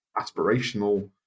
aspirational